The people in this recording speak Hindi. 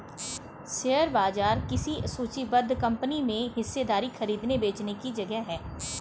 शेयर बाजार किसी सूचीबद्ध कंपनी में हिस्सेदारी खरीदने बेचने की जगह है